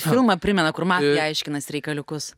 filmą primena kur mafija aiškinasi reikaliukus